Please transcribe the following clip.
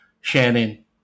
shannon